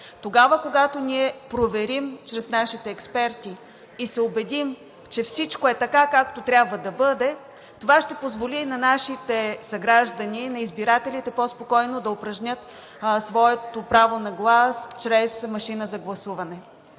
Тогава, когато ние проверим чрез нашите експерти и се убедим, че всичко е така, както трябва да бъде, това ще позволи на нашите съграждани, на избирателите по-спокойно да упражнят своето право на глас чрез машина за гласуване.